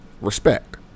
respect